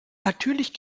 natürlich